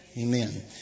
amen